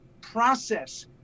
process